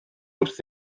wrth